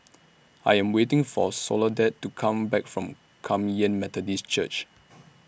I Am waiting For Soledad to Come Back from Kum Yan Methodist Church